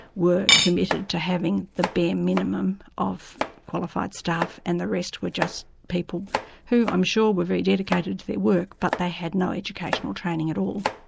were committed to having the bare minimum of qualified staff and the rest were just people who i'm sure were very dedicated to their work but they had no educational training at all.